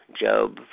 Job